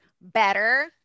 better